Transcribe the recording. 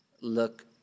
look